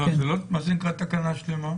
מה זה נקרא תקנה שלמה?